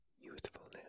youthfulness